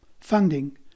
Funding